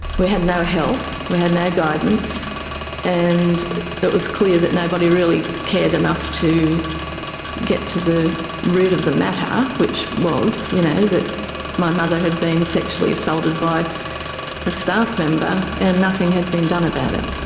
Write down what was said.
we had no help, we had no guidance and it was clear that nobody really cared enough to get to the root of the matter which was you know that my mother had been sexually assaulted by a staff member and nothing had been done about it.